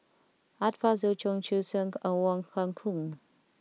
Art Fazil Cheong Siew Keong and Wong Kah Chun